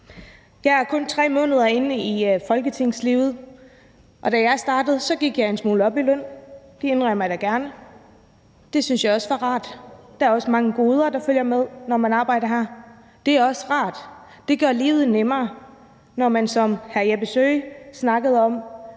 Jeg er kun 3 måneder inde i folketingslivet, og da jeg startede, gik jeg en smule op i løn. Det indrømmer jeg da også gerne at jeg syntes var rart. Der er også mange goder, der følger med, når man arbejder her, og det er også rart. Det gør livet nemmere, når man, som hr. Jeppe Søe snakkede om,